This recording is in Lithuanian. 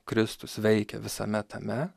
kristus veikia visame tame